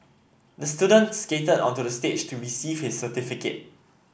the student skated onto the stage to receive his certificate